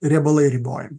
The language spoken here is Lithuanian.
riebalai ribojami